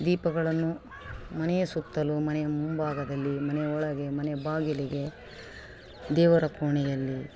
ದೀಪಗಳನ್ನು ಮನೆಯ ಸುತ್ತಲು ಮನೆಯ ಮುಂಭಾಗದಲ್ಲಿ ಮನೆಯ ಒಳಗೆ ಮನೆಯ ಬಾಗಿಲಿಗೆ ದೇವರ ಕೊಣೆಯಲ್ಲಿ